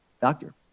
Doctor